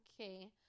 Okay